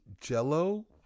Jello